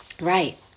Right